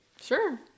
Sure